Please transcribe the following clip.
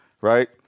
right